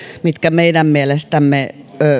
mitkä meidän mielestämme